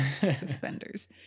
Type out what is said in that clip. Suspenders